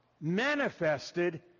manifested